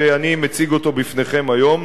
שאני מציג אותו בפניכם היום,